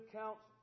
counts